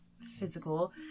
physical